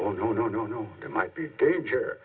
oh no no no no it might be danger